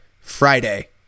Friday